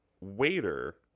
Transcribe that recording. waiter